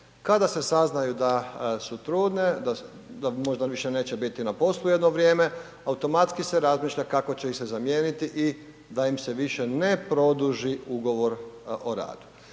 Kada se sazna da su trudne, da možda više neće biti na poslu jedno vrijeme, automatski se razmišlja kako će se ih se zamijeniti i da im se više ne produži ugovor o radu.